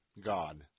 God